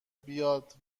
بیاد